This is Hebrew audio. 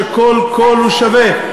שבו כל קול הוא שווה,